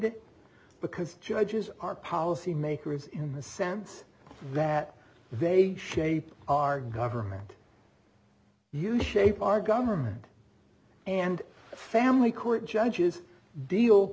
it because judges are policy makers in the sense that they shape our government you shape our government and family court judges deal